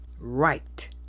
right